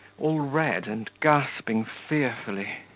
all red, and gasping fearfully.